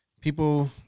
people